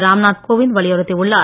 ராம் நாத் கோவிந்த் வலியுறுத்தி உள்ளார்